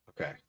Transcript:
Okay